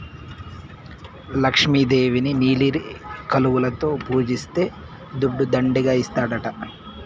లక్ష్మి దేవిని నీలి కలువలలో పూజిస్తే దుడ్డు దండిగా ఇస్తాడట